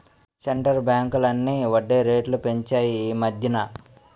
centre బ్యాంకులన్నీ వడ్డీ రేట్లు పెంచాయి ఈమధ్యన